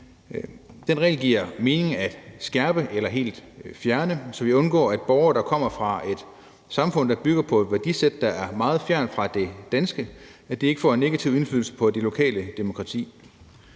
Den regel giver det mening at skærpe eller helt fjerne, så vi undgår, at borgere, der kommer fra et samfund, der bygger på et værdisæt, der er meget fjernt fra det danske, ikke får en negativ indflydelse på det lokale demokrati.